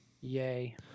Yay